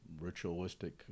ritualistic